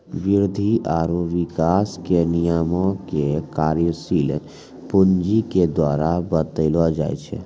वृद्धि आरु विकास के नियमो के कार्यशील पूंजी के द्वारा बतैलो जाय छै